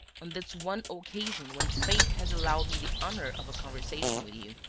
on this one occasion when fate has allowed me the honour of a conversation with you.